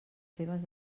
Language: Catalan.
seves